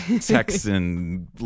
Texan